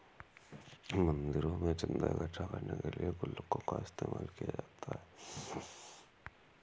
मंदिरों में चन्दा इकट्ठा करने के लिए भी गुल्लकों का इस्तेमाल किया जाता है